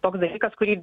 toks dalykas kurį